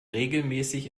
regelmäßig